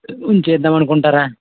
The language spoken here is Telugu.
ఉంచేద్దామనుకుంటారా